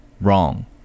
wrong